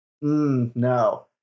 No